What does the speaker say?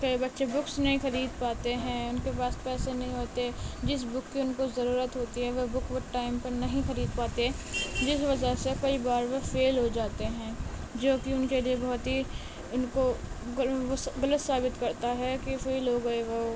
کئی بچے بکس نہیں خرید پاتے ہیں ان کے پاس پیسے نہیں ہوتے جس بک کی ان کو ضرورت ہوتی ہے وہ بک وہ ٹائم پر نہیں خرید پاتے جس وجہ سے کئی بار وہ فیل ہو جاتے ہیں جو کہ ان کے لیے بہت ہی ان کو گلو غلط ثابت کرتا ہے کہ فیل ہو گئے وہ